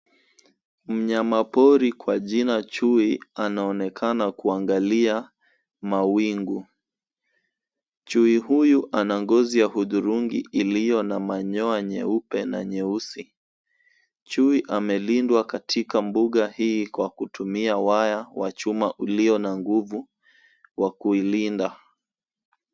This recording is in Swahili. Mnyamapori kwa jina chui anaonekana kuangalia mawingu. Chui huyu ana ngozi ya hudhurungi iliyo na manyoya nyeupe na nyeusi. Chui amelindwa katika mbuga hii kwa kutumia waya wa chuma ulio na nguvu wa kuilinda.